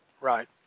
Right